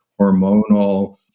hormonal